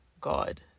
God